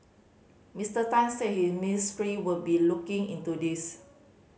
Mister Tan said his ministry will be looking into this